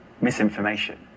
misinformation